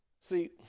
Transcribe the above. See